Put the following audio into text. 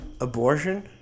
Abortion